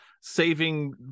saving